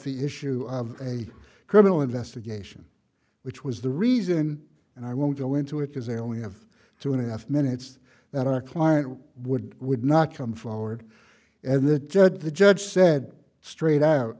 the issue of a criminal investigation which was the reason and i won't go into it as they only have two and a half minutes that our client would would not come forward and the judge the judge said straight out